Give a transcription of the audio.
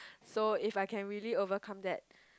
so if I can really overcome that